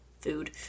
food